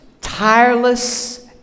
tireless